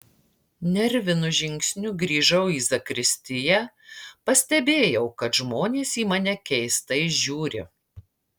nervinu žingsniu grįžau į zakristiją pastebėjau kad žmonės į mane keistai žiūri